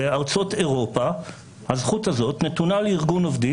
בארצות אירופה הזכות הזאת נתונה לארגון עובדים